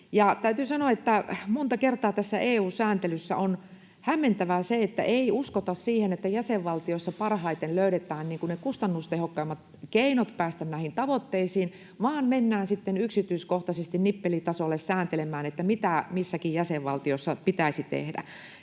täytyy sanoa, että monta kertaa EU-sääntelyssä on hämmentävää se, että ei uskota, että jäsenvaltioissa parhaiten löydetään ne kustannustehokkaimmat keinot päästä näihin tavoitteisiin vaan mennään yksityiskohtaisesti nippelitasolle sääntelemään, mitä missäkin jäsenvaltiossa pitäisi tehdä.